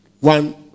one